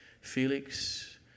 Felix